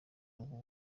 ubu